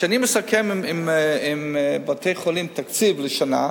כשאני מסכם עם בתי-חולים תקציב לשנה,